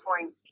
point